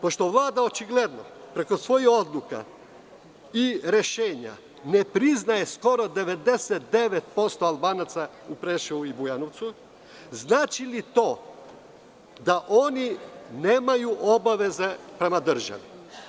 Pošto Vlada očigledno preko svojih odluka i rešenja ne priznaje skoro 99% Albanaca u Preševu i Bujanovcu, znači li to da oni nemaju obaveze prema državi?